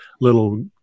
little